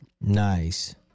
nice